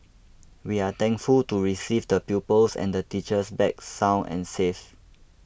we are thankful to receive the pupils and the teachers back sound and safe